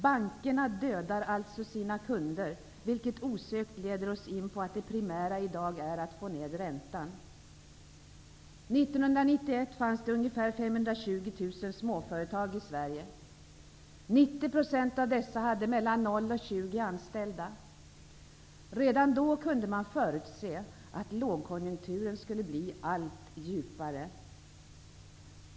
Bankerna dödar alltså sina kunder, vilket osökt leder oss in på att det primära i dag är att få ned räntan. Sverige. 90 % av dessa hade 0--20 anställda. Redan då kunde man förutse att lågkonjunkturen skulle bli allt djupare.